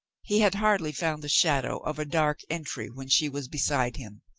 he had hardly found the shadow of a dark entry when she was beside him.